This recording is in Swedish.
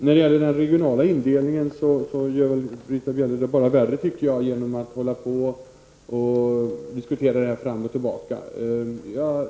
När det gäller den regionala indelningen gör Britta Bjelle det bara värre, tycker jag, genom att hålla på och diskutera den fram och tillbaka.